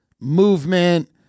movement